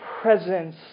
presence